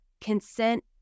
consent